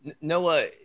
Noah